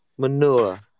Manure